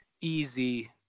easy